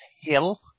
Hill